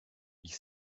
ich